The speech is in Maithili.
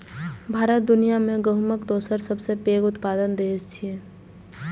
भारत दुनिया मे गहूमक दोसर सबसं पैघ उत्पादक देश छियै